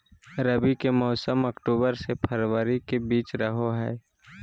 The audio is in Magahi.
रबी के मौसम अक्टूबर से फरवरी के बीच रहो हइ